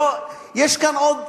יש כאן עוד